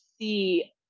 see